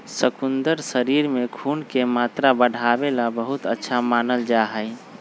शकुन्दर शरीर में खून के मात्रा बढ़ावे ला बहुत अच्छा मानल जाहई